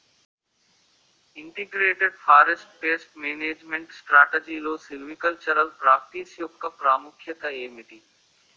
Integrated forest pest management స్ట్రాటజీలో silvicultural practice యెక్క ప్రాముఖ్యత ఏమిటి??